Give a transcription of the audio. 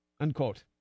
Unquote